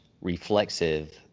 reflexive